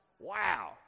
Wow